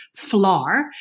FLAR